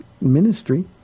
ministry